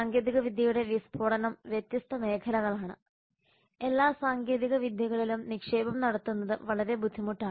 സാങ്കേതികവിദ്യയുടെ വിസ്ഫോടനം വ്യത്യസ്ത മേഖലകളാണ് എല്ലാ സാങ്കേതികവിദ്യകളിലും നിക്ഷേപം നടത്തുന്നത് വളരെ ബുദ്ധിമുട്ടാണ്